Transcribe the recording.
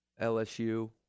LSU